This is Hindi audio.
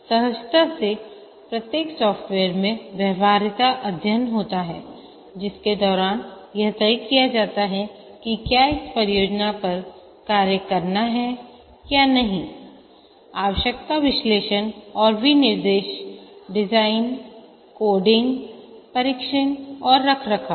सहजता से प्रत्येक सॉफ़्टवेयर में व्यवहार्यता अध्ययन होता है जिसके दौरान यह तय किया जाता है कि क्या इस परियोजना पर कार्य करना है या नहीं आवश्यकता विश्लेषण और विनिर्देश डिजाइन कोडिंग परीक्षण और रखरखाव